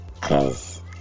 cause